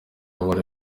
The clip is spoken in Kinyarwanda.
bari